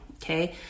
Okay